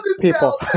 people